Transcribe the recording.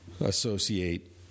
associate